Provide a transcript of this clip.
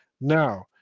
Now